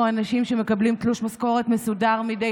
או אנשים שמקבלים תלוש משכורת מסודר מדי